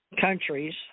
countries